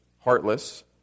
heartless